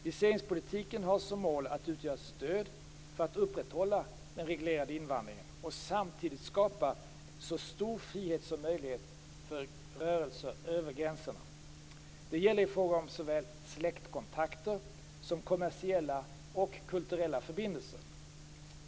Viseringspolitiken har som mål att utgöra ett stöd för att upprätthålla den reglerade invandringen och samtidigt skapa så stor frihet som möjligt för rörelser över gränserna. Det gäller i fråga om såväl släktkontakter som kommersiella och kulturella förbindelser.